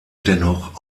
dennoch